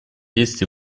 есть